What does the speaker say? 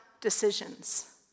decisions